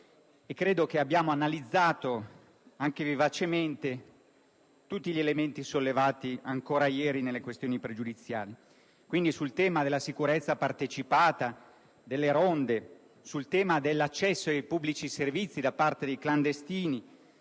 e abbiamo analizzato, anche vivacemente, tutti gli elementi sollevati ancora ieri nelle questioni pregiudiziali. Pertanto, non mi soffermerò sui temi della sicurezza partecipata, delle ronde, dell'accesso ai pubblici servizi da parte dei clandestini,